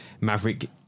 Maverick